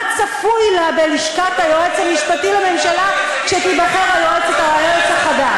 מה צפוי לה בלשכת היועץ המשפטי כשתיבחר ליועץ החדש.